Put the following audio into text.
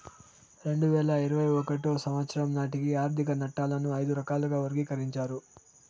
రెండు వేల ఇరవై ఒకటో సంవచ్చరం నాటికి ఆర్థిక నట్టాలను ఐదు రకాలుగా వర్గీకరించారు